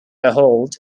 ahold